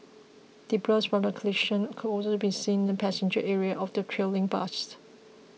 debris from the collision could also be seen in the passenger area of the trailing bus